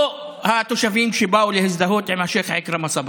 לא התושבים שבאו להזדהות עם השייח' עכרמה סברי.